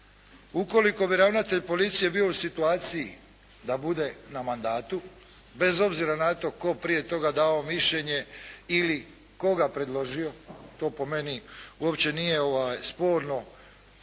Ukoliko bi ravnatelj policije bio u situaciji da bude na mandatu, bez obzira na to tko prije toga dao mišljenje ili koga predložio, to po meni uopće nije sporno,